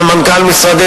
ומנכ"ל משרדי,